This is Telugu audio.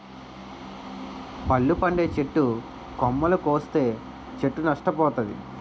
పళ్ళు పండే చెట్టు కొమ్మలు కోస్తే చెట్టు నష్ట పోతాది